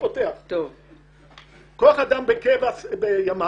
כוח אדם בקבע בימ"חים: